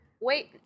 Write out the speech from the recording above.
Wait